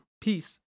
Peace